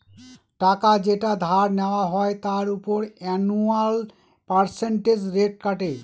টাকা যেটা ধার নেওয়া হয় তার উপর অ্যানুয়াল পার্সেন্টেজ রেট কাটে